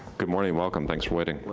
good morning, welcome, thanks for waiting.